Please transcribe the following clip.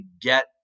get